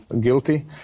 guilty